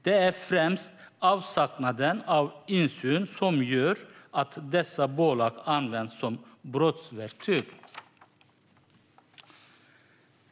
Det är främst avsaknaden av insyn som gör att dessa bolag används som brottsverktyg.